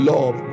Love